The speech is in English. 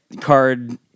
card